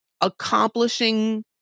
accomplishing